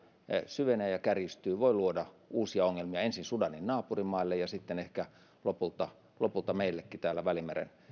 syvenee ja kärjistyy voi luoda uusia ongelmia ensin sudanin naapurimaille ja sitten ehkä lopulta lopulta meillekin täällä välimeren